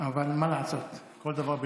אבל מה לעשות, כל דבר בעיתו.